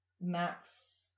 Max